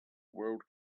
world